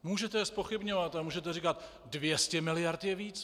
Můžete je zpochybňovat a můžete říkat 200 miliard je víc.